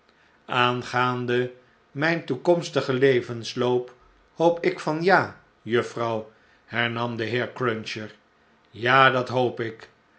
aangaande mijn toekomstigen levensloop hoop ik van ja juffrouw hernam de heer cruncher ja dat hoop ik